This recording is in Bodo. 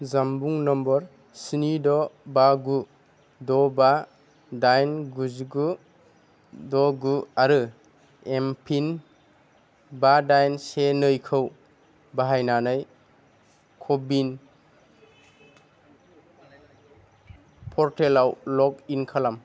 जानबुं नम्बर स्नि द' बा गु द' बा दाइन गुजिगु द' गु आरो एम पिन बा दाइन से नै खौ बाहायनानै क'बिन पर्टेलाव लग इन खालाम